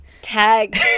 Tag